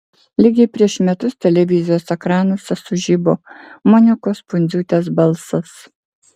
lygiai prieš metus televizijos ekranuose sužibo monikos pundziūtės balsas